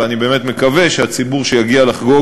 ואני באמת מקווה שהציבור שיגיע לחגוג